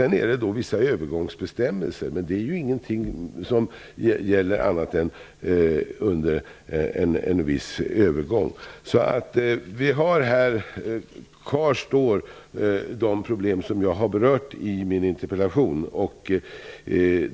Vidare är det vissa bestämmelser som bara gäller under en viss övergångsperiod. Kvar står de problem som jag har berört i min interpellation.